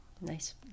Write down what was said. Nice